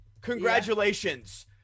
congratulations